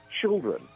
children